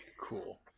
cool